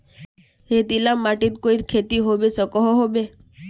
रेतीला माटित कोई खेती होबे सकोहो होबे?